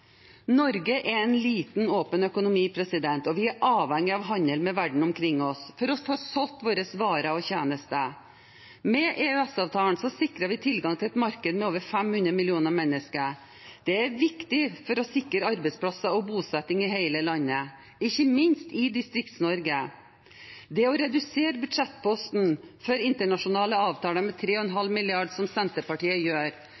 Norge er en liten, åpen økonomi, og vi er avhengige av handel med verden omkring oss for å få solgt våre varer og tjenester. Med EØS-avtalen sikrer vi tilgang til et marked med over 500 millioner mennesker. Det er viktig for å sikre arbeidsplasser og bosetting i hele landet, ikke minst i Distrikts-Norge. Det å redusere budsjettposten for internasjonale avtaler med 3,5 mrd. kr, som Senterpartiet gjør,